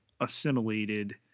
assimilated